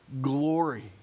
glory